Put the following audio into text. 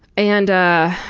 and